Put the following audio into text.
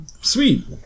sweet